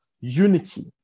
unity